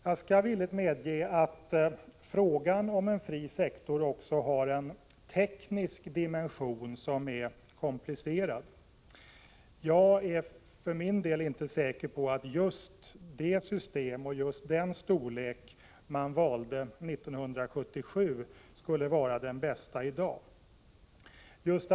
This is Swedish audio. Jag skall villigt medge att frågan om en fri sektor också har en teknisk dimension, som är komplicerad. Jag är för min del inte säker på att just det system och den storlek som man valde 1977 skulle vara den bästa modellen i dag.